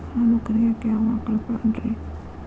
ಹಾಲು ಕರಿಯಾಕ ಯಾವ ಆಕಳ ಪಾಡ್ರೇ?